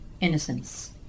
innocence